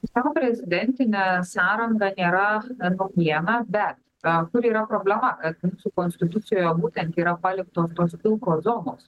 savo prezidentinę sąrangą nėra ten po vieną bet gal kur yra problema kad mūsų konstitucijoje būtent yra paliktos tos pilkos zonos